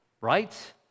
right